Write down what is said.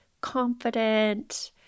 confident